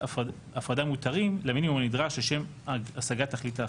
הפרדה מותרים למינימום הנדרש לשם השגת תכלית ההפרדה.